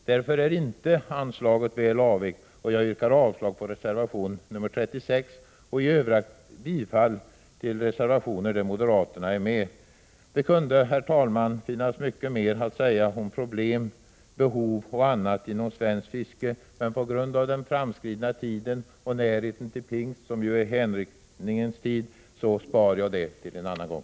Därför är inte anslaget väl avvägt, och jag yrkar avslag på reservation nr 36 och i övrigt bifall till de reservationer där moderaterna finns med. Det kunde, herr talman, finnas mycket mer att säga om problem, behov och annat inom svenskt fiske, men på grund av den framskridna tiden och närheten till pingst, som ju är hänryckningens tid, sparar jag det till en annan gång.